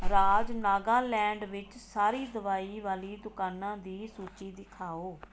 ਰਾਜ ਨਾਗਾਲੈਂਡ ਵਿੱਚ ਸਾਰੀ ਦਵਾਈ ਵਾਲੀ ਦੁਕਾਨਾਂ ਦੀ ਸੂਚੀ ਦਿਖਾਓ